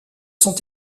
sont